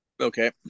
Okay